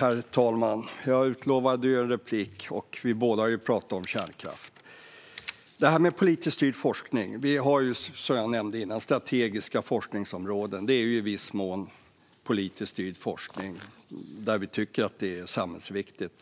Herr talman! Jag utlovade ju en replik, och vi har ju båda talat om kärnkraft. Först vill jag ta upp detta med politiskt styrd forskning. Vi har ju som jag nämnde strategiska forskningsområden. Det är i viss mån politiskt styrd forskning, där vi tycker att någonting är samhällsviktigt.